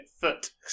foot